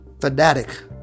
fanatic